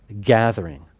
gathering